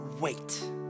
wait